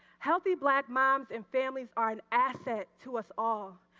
healthy black moms and families are an asset to us all.